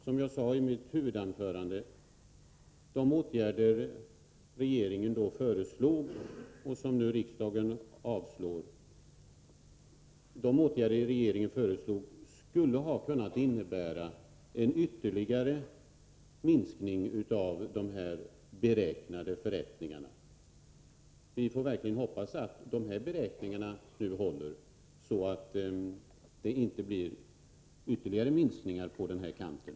Som jag sade i mitt huvudanförande skulle de åtgärder som regeringen då föreslog ha kunnat innebära en ytterligare minskning av de beräknade förrättningarna. Vi får verkligen hoppas att de här beräkningarna nu håller, så att det inte blir en ytterligare minskning på den här punkten.